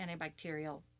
antibacterial